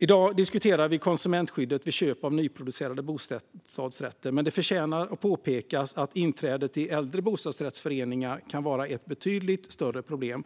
I dag diskuterar vi konsumentskyddet vid köp av nyproducerade bostadsrätter, men det förtjänar att påpekas att inträdet i äldre bostadsrättsföreningar kan vara ett betydligt större problem.